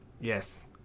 Yes